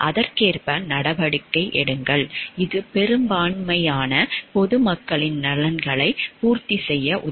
அதற்கேற்ப நடவடிக்கை எடுங்கள் இது பெரும்பான்மையான பொதுமக்களின் நலன்களைப் பூர்த்தி செய்ய உதவும்